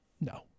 No